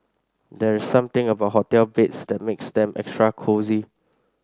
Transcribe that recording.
there's something about hotel beds that makes them extra cosy